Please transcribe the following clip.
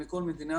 מכול מדינה,